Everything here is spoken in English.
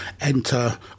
enter